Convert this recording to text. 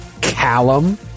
Callum